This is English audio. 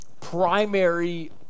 primary